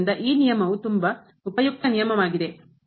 ಆದ್ದರಿಂದ ಈ ನಿಯಮವು ತುಂಬಾ ಉಪಯುಕ್ತ ನಿಯಮವಾಗಿದೆ